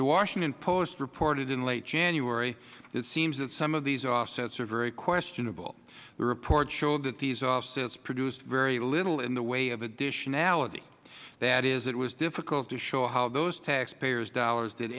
the washington post reported in late january it seems that some of these offsets are very questionable the report showed that these offsets produced very little in the way of additionality that is it was difficult to show how those taxpayers dollars did